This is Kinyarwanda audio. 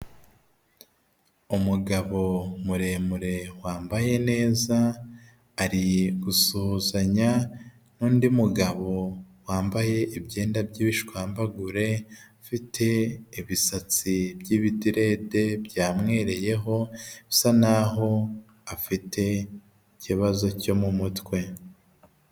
Umugabo muremure wambaye neza ari usuhuzanya n'undi mugabo wambayeyenda by'ibishwambagure, ufite ibisatsi by'ibidirede byamwereyeho bisa naho afite ikibazo cyo mu mutwe.